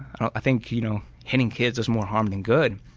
i think you know hitting kids does more harm than good,